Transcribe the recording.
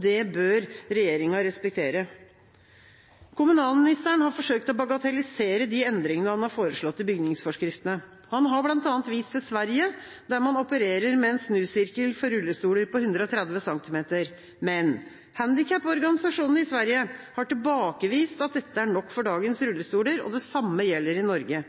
Det bør regjeringa respektere. Kommunalministeren har forsøkt å bagatellisere de endringene han har foreslått i bygningsforskriftene. Han har bl.a. vist til Sverige, der man opererer med en snusirkel for rullestoler på 130 cm. Men handikaporganisasjonene i Sverige har tilbakevist at dette er nok for dagens rullestoler, og det samme gjelder i Norge.